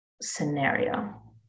scenario